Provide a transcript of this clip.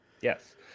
Yes